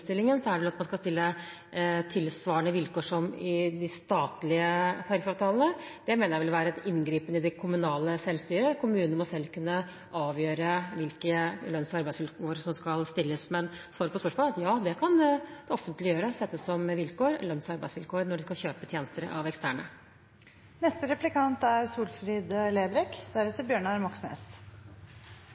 er det slik at man skal stille tilsvarende vilkår som i de statlige tariffavtalene. Det mener jeg vil være en inngripen i det kommunale selvstyret. Kommunene må selv kunne avgjøre hvilke lønns- og arbeidsvilkår som skal stilles. Men svaret på spørsmålet er at ja, det kan det offentlige gjøre – sette som lønns- og arbeidsvilkår – når de skal kjøpe tjenester av